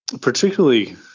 particularly